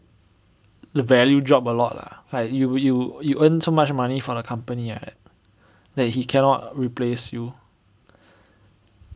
the value drop a lot lah like you you you you earn so much money for the company right that he cannot replace you